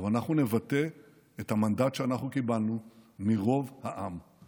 אבל אנחנו נבטא את המנדט שאנחנו קיבלנו מרוב העם.